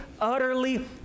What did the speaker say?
utterly